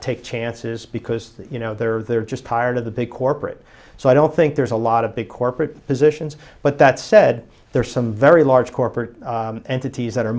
take chances because you know they're there just prior to the big corporate so i don't think there's a lot of big corporate positions but that said there are some very large corporate entities that are